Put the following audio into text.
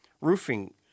roofing